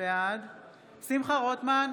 בעד שמחה רוטמן,